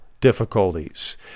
difficulties